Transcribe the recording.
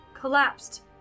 collapsed